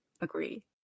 Agree